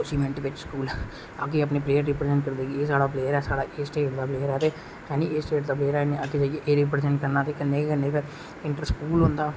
उस इवेंट च स्कूल अग्गे अपनी प्लेयर गी रिप्रसेंट करदे कि एह् साढ़ा प्लेयर साढ़ा एह् स्टेट दा प्लेयर ऐ एह् स्टेट दा पल्येर ऐ इने अग्गे जाइयै रिप्रसेंट करना ते कन्ने एह् इंटरस्कूल होंदा